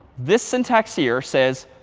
this syntax here says,